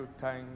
Thank